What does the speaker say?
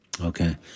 Okay